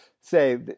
say